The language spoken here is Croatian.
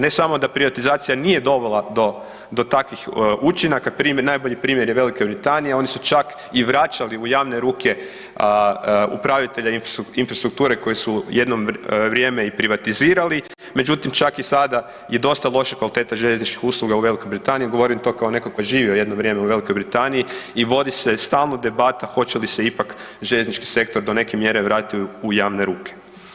Ne samo da privatizacija nije dovela do, do takvih učinaka, najbolji primjer je Velika Britanija, oni su čak i vraćali u javne ruke upravitelja infrastrukture koje su jedno vrijeme i privatizirali, međutim čak i sada je dosta loša kvaliteta željezničkih usluga u Velikoj Britaniji, govorim to kao neko ko je živio jedno vrijeme u Velikoj Britaniji i vodi se stalno debata hoće li se ipak željeznički sektor do neke mjere vratiti u javne ruke.